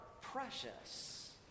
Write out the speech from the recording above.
precious